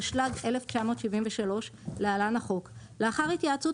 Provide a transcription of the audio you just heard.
התשל"ג 1973 (להלן החוק) לאחר התייעצות